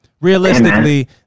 Realistically